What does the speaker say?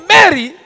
Mary